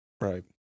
Right